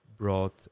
Brought